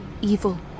evil